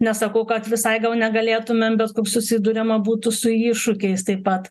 nesakau kad visai gal negalėtumėm bet kur susiduriama būtų su iššūkiais taip pat